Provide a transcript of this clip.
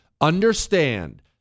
understand